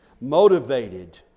motivated